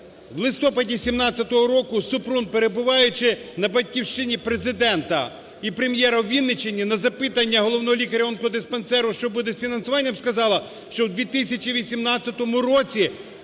В листопаді 17 року Супрун, перебуваючи на батьківщині Президента і Прем’єра у Вінниччині, на запитання головного лікаря онкодиспансеру, що буде з фінансуванням, сказала, що у 2018 році